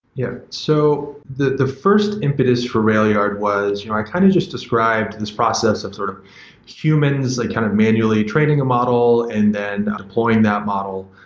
yeah. so, the the first impetus for railyard was you know i kind of just described this process of sort of humans like kind of manually training a model and then deploying that model,